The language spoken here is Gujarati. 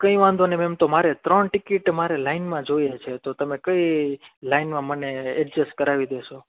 કંઇ વાંધો નહીં મેમ તો મારે ત્રણ ટીકીટ મારે લાઈનમાં જોઈએ છે તો તમે કઈ લાઈનમાં મને એડજેસ્ટ કરાવી દેશો